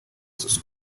sus